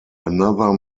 another